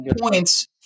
points